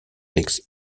takes